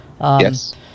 yes